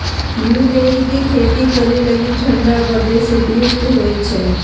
blueberry के खेती करे लागी ठण्डा प्रदेश उपयुक्त होइ छै